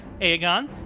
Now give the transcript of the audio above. Aegon